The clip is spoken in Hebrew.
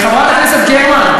חברת הכנסת גרמן,